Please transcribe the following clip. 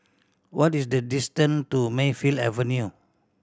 what is the distance to Mayfield Avenue